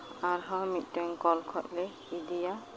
ᱟᱨᱦᱚᱸ ᱢᱤᱫᱴᱮᱱ ᱠᱚᱞ ᱠᱷᱚᱡ ᱞᱮ ᱤᱫᱤᱭᱟ